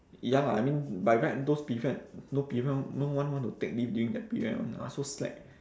ya lah I mean by right those period no people no one want to take leave during that period [one] ah so slack